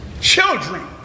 children